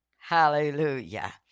Hallelujah